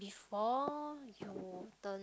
before you the